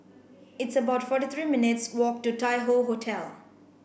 it's about forty three minutes' walk to Tai Hoe Hotel